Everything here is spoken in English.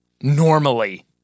normally